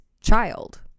child